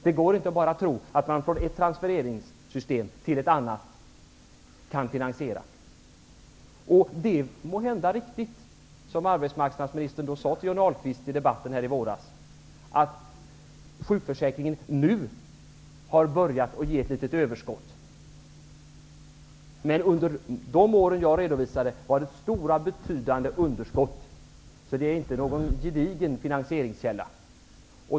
Det går inte bara att tro att man genom transfereringar från ett system till ett annat kan finansiera olika saker. Det må vara riktigt som arbetsmarknadsministern sade till Johnny Ahlqvist i debatten i april, att sjukförsäkringen nu har börjat ge ett litet överskott Men under de år som jag nämnde var det betydande underskott. Så det är inte någon gedigen finansieringskälla.